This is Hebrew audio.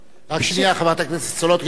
רק שנייה, חברת הכנסת סולודקין.